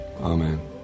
Amen